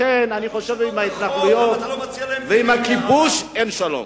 לכן, אני חושב שעם ההתנחלויות והכיבוש, אין שלום.